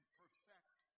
perfect